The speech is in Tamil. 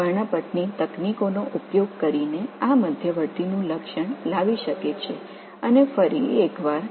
நுட்பம் மற்றும் மீண்டும் இவை மிகவும் உயர்ந்த ஆய்வு மிகவும் உணர்திறன் ஆய்வுகள் மற்றும் மிகவும் கவனமான ஆய்வுகள்